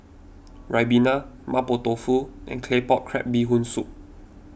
Ribena Mapo Tofu and Claypot Crab Bee Hoon Soup